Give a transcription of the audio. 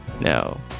No